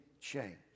change